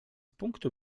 punktu